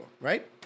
right